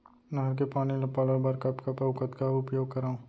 नहर के पानी ल पलोय बर कब कब अऊ कतका उपयोग करंव?